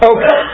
Okay